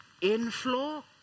inflow